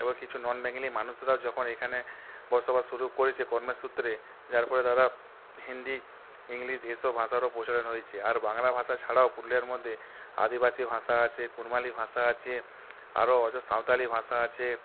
এবং কিছু non Bengali মানুষরা যখন এখানে বসবাস শুরু করেছে কর্মের সূত্রে যার ফলে তাঁরা হিন্দি ইংলিস এসব ভাষারও প্রচলন হয়েছে আর বাংলা ভাষা ছাড়াও পুরুলিয়ার মধ্যে আদিবাসী ভাষা আছে কুড়মালি ভাষা আছে আরও অজ সাঁওতালি ভাষা আছে